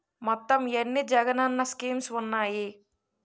మొత్తం ఎన్ని జగనన్న స్కీమ్స్ ఉన్నాయి?